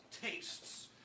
tastes